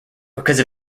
because